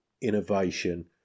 innovation